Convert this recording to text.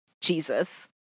Jesus